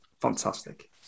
Fantastic